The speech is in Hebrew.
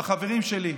לחברים שלי,